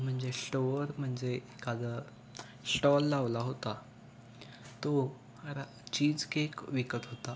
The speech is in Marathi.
म्हणजे स्टोअर म्हणजे एखादा स्टॉल लावला होता तो चीज केक विकत होता